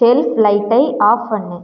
shelf லைட்டை off பண்ணு